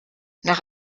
nach